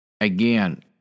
again